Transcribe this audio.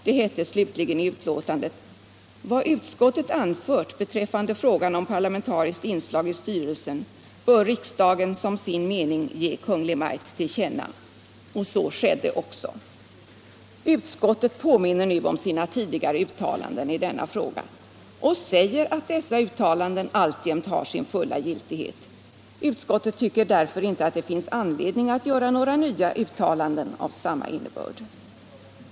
Det hette slutligen i betänkandet: Vad utskottet anförde beträffande frågan om parlamentariskt inslag i styrelsen bör riksdagen som sin mening ge Kungl. Maj:t till känna. — Så skedde också. Utskottet påminner nu om sina tidigare uttalanden i frågan och säger, att dessa uttalanden alltjämt har sin fulla giltighet. Utskottet tycker därför inte att det finns anledning att göra några nya uttalanden av samma innebörd.